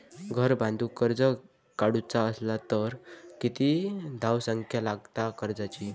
घर बांधूक कर्ज काढूचा असला तर किती धावसंख्या लागता कर्जाची?